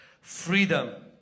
Freedom